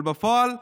אבל בפועל כלום.